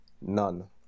none